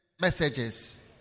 messages